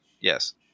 yes